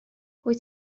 wyt